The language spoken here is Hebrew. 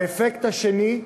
האפקט השני,